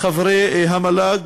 חברי המל"ג.